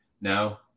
now